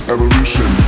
Evolution